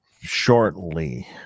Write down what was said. shortly